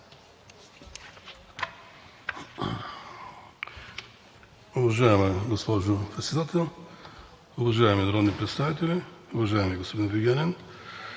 Уважаема госпожо Председател, уважаеми народни представители! Уважаеми, господин Вигенин,